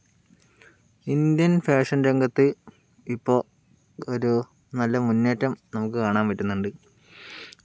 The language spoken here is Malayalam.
ഇന്ത്യൻ ഫാഷൻ രംഗത്ത് ഇപ്പോൾ ഒരു നല്ല മുന്നേറ്റം നമുക്ക് കാണാൻ പറ്റുന്നുണ്ട്